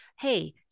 Hey